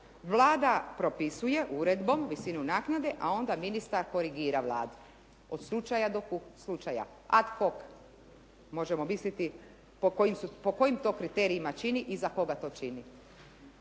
Vlada propisuje uredbom visinu naknade, a onda ministar korigira Vladu, od slučaja do slučaja at hok, možemo misliti po kojim to kriterijima čini i za koga to čini.